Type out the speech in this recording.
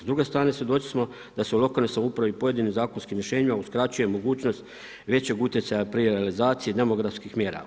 S druge srane svjedoci smo da se u lokalnoj samoupravi pojedinim zakonskim rješenjima uskraćuje mogućnost većeg utjecaja pri realizaciji demografskih mjera.